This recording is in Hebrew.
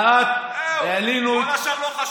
זהו, כל השאר לא חשוב.